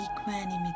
equanimity